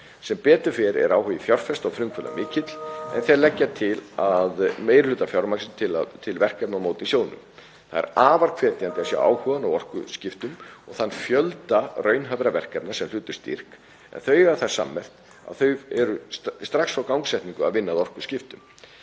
Sem betur fer er áhugi fjárfesta og frumkvöðla mikill en þeir leggja til meiri hluta fjármagnsins til verkefna á móti sjóðnum. Það er afar hvetjandi að sjá áhugann á orkuskiptum og þann fjölda raunhæfra verkefna sem hlutu styrk en þau eiga það sammerkt að þau eru strax frá gangsetningu að vinna að orkuskiptum.